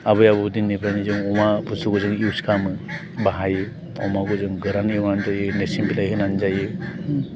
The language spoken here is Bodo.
आबै आबौ दिननिफ्रायनो जों अमा बसथुखौ जों युस खालामो बाहायो अमाखौ जों गोरानै एवनानै जायो नोरसिं बिलाइ होनानै जायो